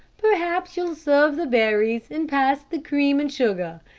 perhaps you'll serve the berries and pass the cream and sugar.